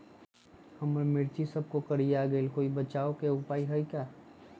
हमर मिर्ची सब कोकररिया गेल कोई बचाव के उपाय है का?